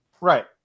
Right